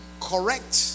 correct